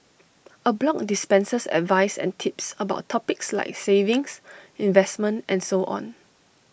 A blog dispenses advice and tips about topics like savings investment and so on